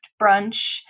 brunch